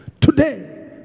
Today